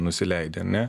nusileidi ane